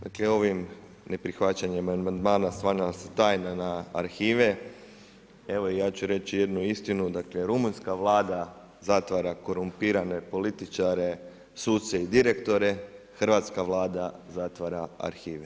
Dakle ovim neprihvaćanjem amandmana stvara se tajna na arhive, evo ja ću reći jednu istinu, dakle Rumunjska vlada zatvara korumpirane političare, suce i direktore, Hrvatska vlada zatvara arhive.